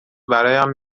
برایم